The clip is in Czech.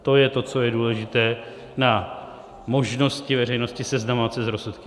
To je to, co je důležité na možnosti veřejnosti seznamovat se s rozsudky.